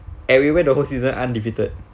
and we went the whole season undefeated